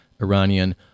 Iranian